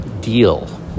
deal